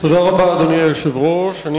אדוני היושב-ראש, תודה רבה.